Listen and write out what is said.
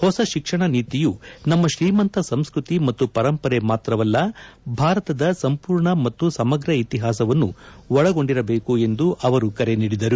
ಹೊಸ ಶಿಕ್ಷಣ ನೀತಿಯು ಸಮ್ಮ ಶ್ರೀಮಂತ ಸಂಸ್ಕೃತಿ ಮತ್ತು ಪರಂಪರೆ ಮಾತ್ರವಲ್ಲ ಭಾರತದ ಸಂಪೂರ್ಣ ಮತ್ತು ಸಮಗ್ರ ಇತಿಹಾಸವನ್ನು ಒಳಗೊಂಡಿರಬೇಕು ಎಂದು ಅವರು ಕರೆ ನೀಡಿದರು